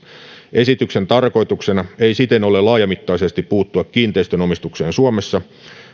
esityksen tarkoituksena ei siten ole laajamittaisesti puuttua kiinteistönomistukseen suomessa